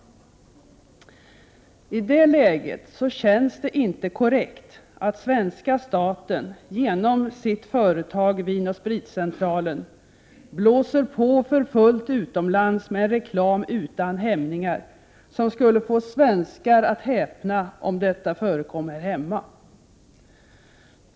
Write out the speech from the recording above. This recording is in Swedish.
I det läget känns det inte korrekt att svenska staten genom sitt företag Vin & Spritcentralen blåser på för fullt utomlands med en reklam utan hämningar, som skulle få svenskar att häpna om detta förekom här hemma.